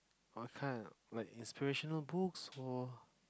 what kind like inspirational books or